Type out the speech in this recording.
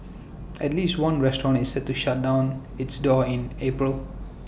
at least one restaurant is set to shut down its doors in April